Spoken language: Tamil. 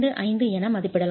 25 என மதிப்பிடலாம்